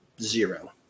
Zero